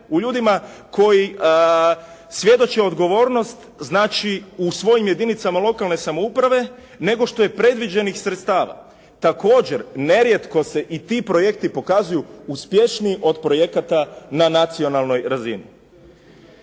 u ljudima koji svjedoče odgovornost, znači u svojim jedinicama lokalne samouprave nego što je predviđenih sredstava. Također, nerijetko se i ti projekti pokazuju uspješniji od projekata na nacionalnoj razini.